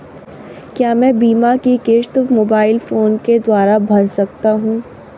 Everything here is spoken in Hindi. क्या मैं बीमा की किश्त मोबाइल फोन के द्वारा भर सकता हूं?